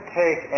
take